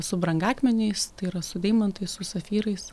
su brangakmeniais tai yra su deimantais su safyrais